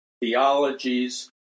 theologies